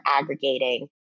aggregating